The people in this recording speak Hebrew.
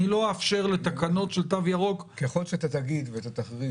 אני לא אאפשר לתקנות של תו ירוק --- ככל שאתה תגיד ותכריז